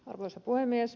arvoisa puhemies